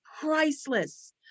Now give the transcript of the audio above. priceless